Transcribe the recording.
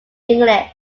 english